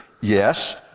yes